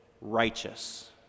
righteous